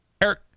Eric